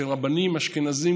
שרבנים אשכנזים,